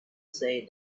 say